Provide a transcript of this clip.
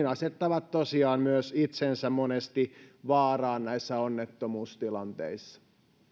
asettavat tosiaan myös itsensä monesti vaaraan onnettomuustilanteissa